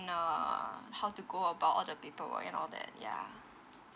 err how to go about all the paperwork and all that ya